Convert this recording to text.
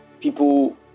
people